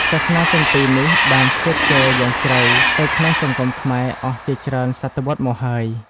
សាសនាទាំងពីរនេះបានជ្រាបចូលយ៉ាងជ្រៅទៅក្នុងសង្គមខ្មែរអស់ជាច្រើនសតវត្សមកហើយ។